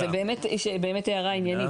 זו באמת הערה עניינית.